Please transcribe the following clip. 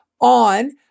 on